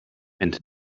and